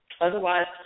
otherwise